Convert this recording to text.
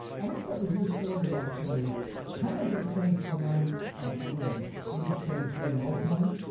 i want to start with your story actually kind of in a place where mine went, which was your low point,